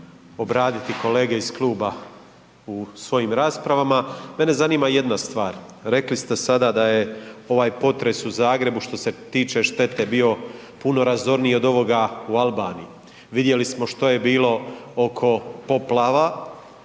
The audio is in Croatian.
obraditi kolege iz kluba u svojim raspravama. Mene zanima jedna stvar. Rekli ste sada da je ovaj potres u Zagrebu što se tiče štete bio puno razorniji od ovoga u Albaniji. Vidjeli smo što je bilo oko poplava